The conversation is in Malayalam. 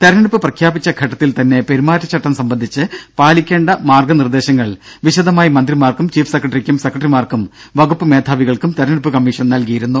തിരഞ്ഞെടുപ്പ് പ്രഖ്യാപിച്ച ഘട്ടത്തിൽ തന്നെ പെരുമാറ്റച്ചട്ടം സംബന്ധിച്ച് പാലിക്കേണ്ട മാർഗ നിർദ്ദേശങ്ങൾ വിശദമായി മന്ത്രിമാർക്കും ചീഫ് സെക്രട്ടറിക്കും സെക്രട്ടറിമാർക്കും വകുപ്പ് മേധാവികൾക്കും തിരഞ്ഞെടുപ്പ് കമ്മീഷൻ നൽകിയിരുന്നു